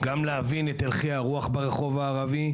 גם להבין את הלכי הרוח ברחוב הערבי,